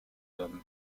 hommes